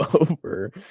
over